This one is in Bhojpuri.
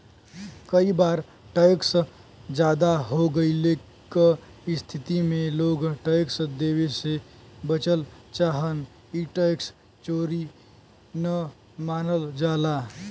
कई बार टैक्स जादा हो गइले क स्थिति में लोग टैक्स देवे से बचल चाहन ई टैक्स चोरी न मानल जाला